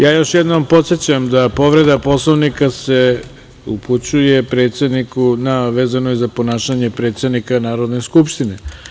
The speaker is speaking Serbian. Još jednom podsećam da povreda Poslovnika se upućuje predsedniku, a vezano je za ponašanje predsednika Narodne skupštine.